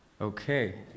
Okay